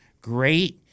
great